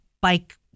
bike